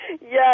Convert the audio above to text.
Yes